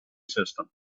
system